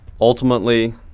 ultimately